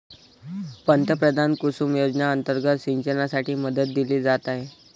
पंतप्रधान कुसुम योजना अंतर्गत सिंचनासाठी मदत दिली जात आहे